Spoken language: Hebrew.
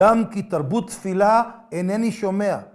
‫גם כי תרבות תפילה אינני שומע.